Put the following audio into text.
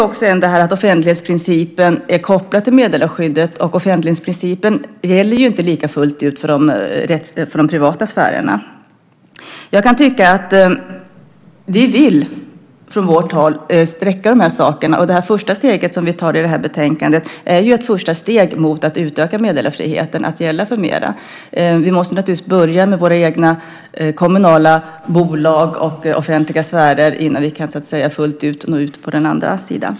Offentlighetsprincipen är kopplad till meddelarskyddet, och offentlighetsprincipen gäller inte lika fullt ut för de privata sfärerna. Vi vill från vårt håll utsträcka de rättigheterna. Det första steget som vi tar i betänkandet är ett första steg mot att utöka meddelarfriheten att gälla för mer. Vi måste naturligtvis börja med våra egna kommunala bolag och offentliga sfärer innan vi fullt ut kan nå ut på den andra sidan.